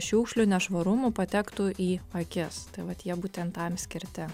šiukšlių nešvarumų patektų į akis tai vat jie būtent tam skirti